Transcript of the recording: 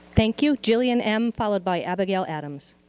thank you. gillian m. followed by abigail adams.